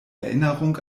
erinnerung